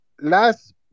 last